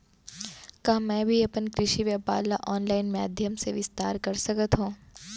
का मैं भी अपन कृषि व्यापार ल ऑनलाइन माधयम से विस्तार कर सकत हो?